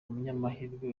umunyamahirwe